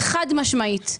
חד משמעית.